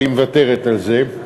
אבל היא מוותרת על זה.